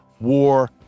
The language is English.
War